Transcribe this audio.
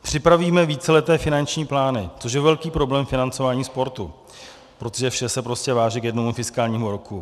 Připravíme víceleté finanční plány což je velký problém financování sportu, protože vše se prostě vážně k jednomu fiskálnímu roku.